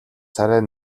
царай